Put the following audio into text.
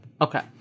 Okay